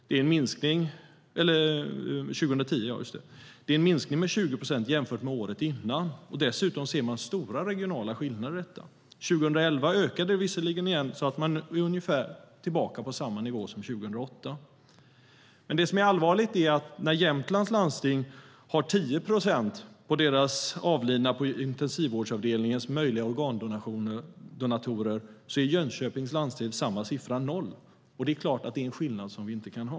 Det är en minskning med 20 procent jämfört med året innan. Dessutom ser man stora regionala skillnader. År 2011 ökade det visserligen igen - man är tillbaka på ungefär samma nivå som 2008. Men det finns något som är allvarligt. När Jämtlands landsting identifierade 10 procent av de avlidna på intensivvårdsavdelningen som möjliga organdonatorer var samma siffra i Jönköpings landsting 0 procent. Det är klart att det är en skillnad som vi inte kan ha.